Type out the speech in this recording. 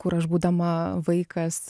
kur aš būdama vaikas